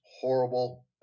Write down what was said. horrible